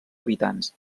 habitants